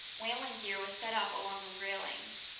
whaling gear was set up along the railings.